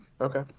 Okay